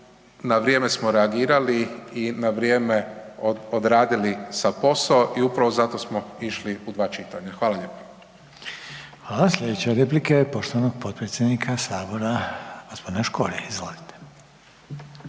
na vrijeme smo reagirali i na vrijeme odradili sav posao i upravo zato smo išli u dva čitanja. Hvala lijepo. **Reiner, Željko (HDZ)** Hvala. Slijedeća replika je poštovanog potpredsjednika sabora g. Škore, izvolite.